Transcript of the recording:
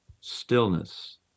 stillness